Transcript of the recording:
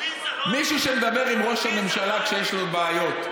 מישהו שמדבר עם ראש הממשלה כשיש לו בעיות.